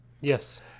Yes